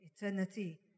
eternity